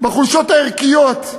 בחולשות הערכיות,